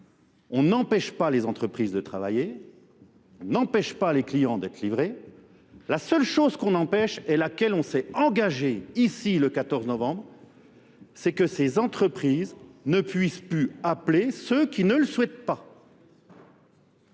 on n'empêche pas les entreprises de travailler. n'empêchent pas les clients d'être livrés. La seule chose qu'on empêche et laquelle on s'est engagé ici le 14 novembre, c'est que ces entreprises ne puissent plus appeler ceux qui ne le souhaitent pas.